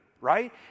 right